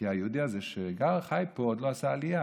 כי היהודי שחי פה עוד לא עשה עלייה,